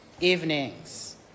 evenings